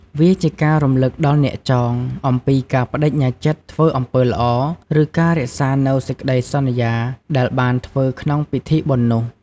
វាជាការរំឭកដល់អ្នកចងអំពីការប្ដេជ្ញាចិត្តធ្វើអំពើល្អ ឬការរក្សានូវសេចក្ដីសន្យាដែលបានធ្វើក្នុងពិធីបុណ្យនោះ។